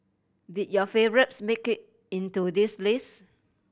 did your favourites make it into this list